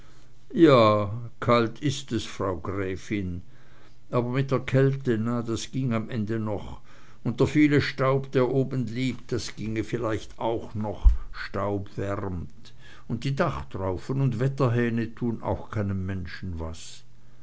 ja kalt ist es frau gräfin aber mit der kälte na das ging am ende noch und der viele staub der oben liegt das ginge vielleicht auch noch staub wärmt und die dachtraufen und wetterhähne tun auch keinem menschen was